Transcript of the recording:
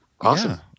Awesome